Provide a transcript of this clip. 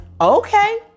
okay